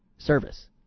Service